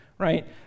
right